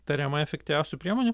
tariamai efektyviausių priemonių